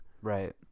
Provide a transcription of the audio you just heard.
Right